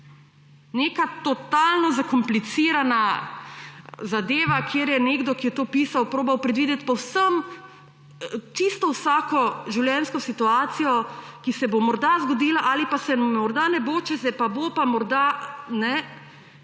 Neka totalno zakomplicirana zadeva, kjer je nekdo, ki je to pisal, probal predvideti povsem čisto vsako življenjsko situacijo, ki se bo morda zgodila ali pa se morda ne bo, če se pa bo, pa morda jo je